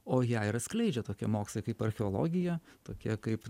o ją ir atskleidžia tokie mokslai kaip archeologija tokie kaip